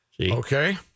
Okay